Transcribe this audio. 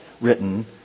written